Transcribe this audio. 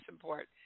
support